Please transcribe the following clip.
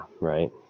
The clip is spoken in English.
right